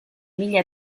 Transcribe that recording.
mila